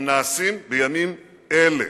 הם נעשים בימים אלה,